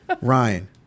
Ryan